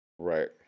Right